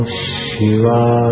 Shiva